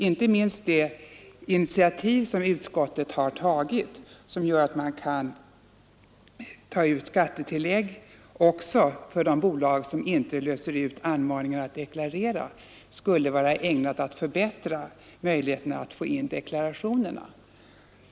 Inte minst det initiativ som utskottet har tagit — som gör att man kan ta ut skattetillägg också för de bolag som inte löser ut anmaningar att deklarera — skulle vara ägnat att förbättra möjligheterna att få in deklarationer.